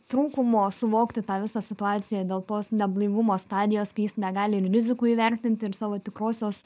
trūkumo suvokti tą visą situaciją dėl tos neblaivumo stadijos kai jis negali ir rizikų įvertinti ir savo tikrosios